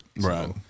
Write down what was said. Right